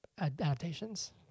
adaptations